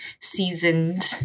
seasoned